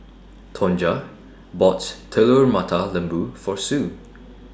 Tonja bought Telur Mata Lembu For Sue